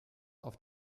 auf